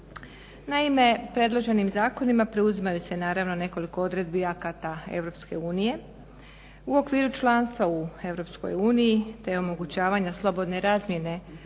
Naime, predloženim zakonima preuzimaju se naravno nekoliko odredbi akata EU. U okviru članstva u EU te omogućavanja slobodne razmjene